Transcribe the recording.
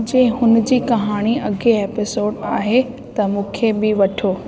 जे हुनजी कहाणी अॻिए एपिसोड आहे त मूंखे बि वठो